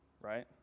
right